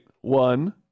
One